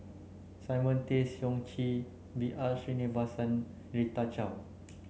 Simon Tay Seong Chee B R Sreenivasan Rita Chao